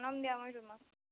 জনাম দিয়া মই তোমাক